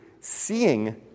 seeing